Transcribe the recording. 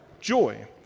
joy